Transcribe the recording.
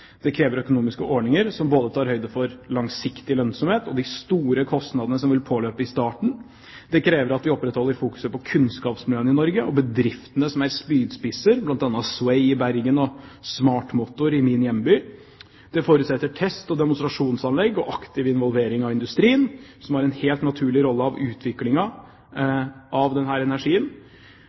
Det krever økonomiske ordninger som tar høyde for både langsiktig lønnsomhet og de store kostnadene som vil påløpe i starten. Det krever at vi opprettholder fokuset på kunnskapsmiljøene i Norge og bedriftene som er spydspisser, bl.a. SWAY i Bergen og Smartmotor i min hjemby. Det forutsetter test- og demonstrasjonsanlegg og aktiv involvering av industrien, som har en helt naturlig rolle i utviklingen av denne energien.